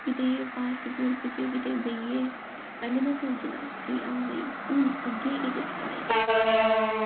किते पार्क पूर्क च किते बेहियै पैह्लें में सोचना कि हां भाई हून अग्गें केह् लिखां में